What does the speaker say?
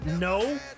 No